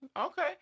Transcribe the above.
Okay